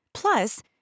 Plus